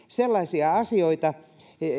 sellaisia asioita